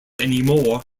anymore